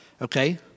okay